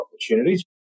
opportunities